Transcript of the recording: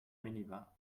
minibar